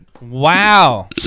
Wow